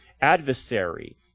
adversary